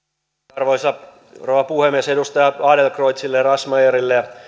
arvoisa rouva puhemies edustaja adlercreutzille razmyarille ja